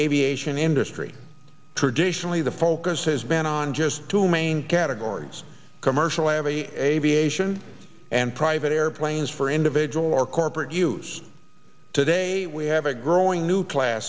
aviation industry traditionally the focus has been on just two main categories commercial of a a b asian and private airplanes for individual or corporate use today we have a growing new class